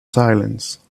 silence